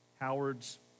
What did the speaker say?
Howard's